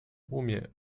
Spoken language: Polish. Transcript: umie